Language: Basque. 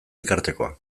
elkartekoa